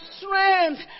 strength